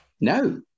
No